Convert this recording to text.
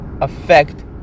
affect